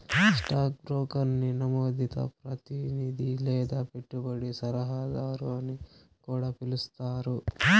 stock బ్రోకర్ని నమోదిత ప్రతినిది లేదా పెట్టుబడి సలహాదారు అని కూడా పిలిస్తారు